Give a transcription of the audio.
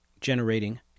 generating